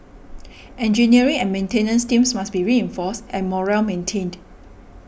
engineering and maintenance teams must be reinforced and morale maintained